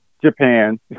Japan